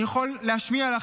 אני יכול להשמיע לך,